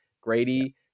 Grady